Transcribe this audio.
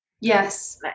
Yes